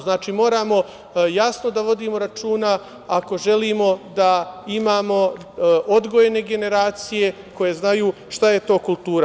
Znači, moramo jasno da vodimo računa ako želimo da imamo odgojene generacije koje znaju šta je to kultura.